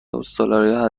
استرالیا